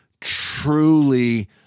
truly